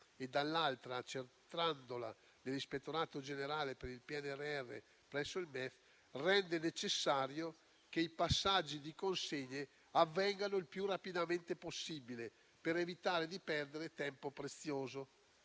e, dall'altro, accentrandola nell'ispettorato generale per il PNRR presso il MEF, rende necessario che i passaggi di consegne avvengano il più rapidamente possibile, per evitare di perdere tempo prezioso.